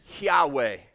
Yahweh